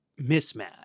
mismatch